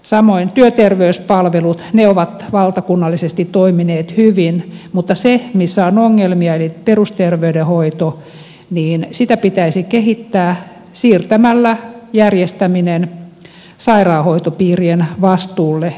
samoin työterveyspalvelut ovat valtakunnallisesti toimineet hyvin mutta sitä missä on ongelmia eli perusterveydenhoitoa pitäisi kehittää siirtämällä järjestäminen sairaanhoitopiirien vastuulle